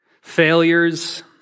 failures